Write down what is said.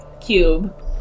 cube